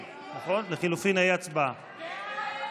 הצבעה.